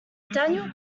daniel